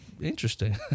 interesting